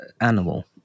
animal